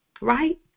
right